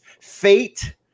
fate